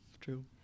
True